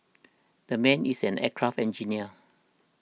the man is an aircraft engineer